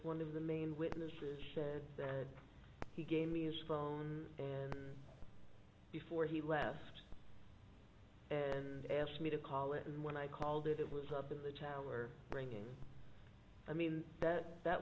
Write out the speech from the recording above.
one of the main witnesses sched said he gave me his phone and before he left and asked me to call it when i called it it was up in the tower bringing i mean that that